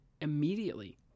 immediately